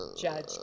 Judge